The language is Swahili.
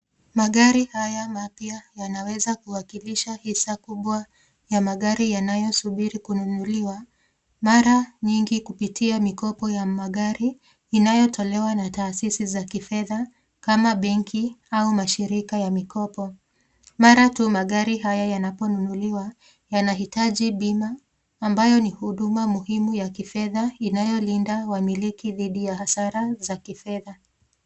Magari haya mapya yanaweza kuwakilisha hisa kubwa ya magari yanayosubiri kununuliwa, mara nyingi kupitia mikopo ya magari inayotolewa na taasisi za kifedha kama benki au mashirika ya mikopo. Mara tu magari haya yanaponunuliwa, yanahitaji bima, ambayo ni huduma muhimu ya kifedha inayolinda wamiliki dhidi ya hasara za kifedha.